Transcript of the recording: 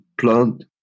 plant